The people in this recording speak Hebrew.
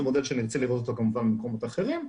זה מודל שנרצה לראות גם במקומות אחרים.